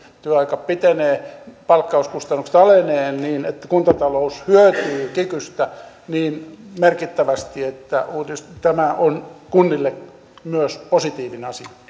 työaika pitenee palkkauskustannukset alenevat niin kuntatalous hyötyy kikystä niin merkittävästi että tämä on kunnille myös positiivinen asia